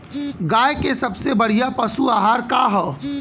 गाय के सबसे बढ़िया पशु आहार का ह?